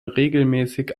regelmäßig